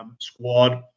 squad